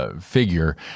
figure